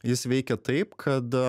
jis veikia taip kad